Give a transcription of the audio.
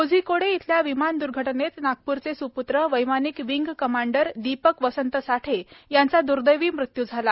कोझिकोड येथील विमान द्र्घटनेत नागपूरचे स्पूत्र वैमानिक विंग कमांडर दीपक वसंत साठे यांचा दुर्दैवी मृत्यू झाला